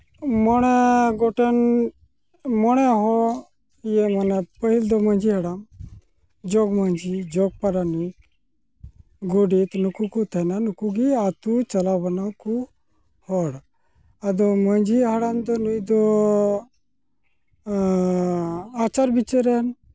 ᱢᱚᱬᱮ ᱜᱚᱴᱮᱱ ᱢᱚᱬᱮ ᱦᱚᱲ ᱤᱭᱟᱹ ᱢᱟᱱᱮ ᱯᱟᱹᱦᱤᱞ ᱫᱚ ᱢᱟᱺᱡᱷᱤ ᱦᱟᱲᱟᱢ ᱡᱚᱜᱽ ᱢᱟᱺᱡᱷᱤ ᱡᱚᱜᱽ ᱯᱟᱨᱟᱱᱤᱠ ᱜᱚᱰᱮᱛ ᱱᱩᱠᱩ ᱠᱚ ᱛᱟᱦᱮᱱᱟ ᱱᱩᱠᱩ ᱜᱮ ᱟᱛᱳ ᱪᱟᱞᱟᱣ ᱵᱟᱱᱟᱣ ᱠᱚ ᱦᱚᱲ ᱟᱫᱚ ᱢᱟᱺᱡᱷᱤ ᱦᱟᱲᱟᱢ ᱫᱚ ᱱᱩᱭ ᱫᱚ ᱟᱪᱟᱨ ᱵᱤᱪᱟᱹᱨ ᱨᱮᱱ